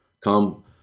Come